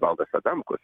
valdas adamkus